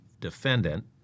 defendant